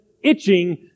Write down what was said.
itching